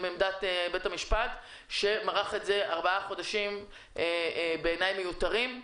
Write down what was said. עמדת בית המשפט שמרח את זה ארבעה חודשים שבעיניי הם מיותרים.